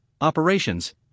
operations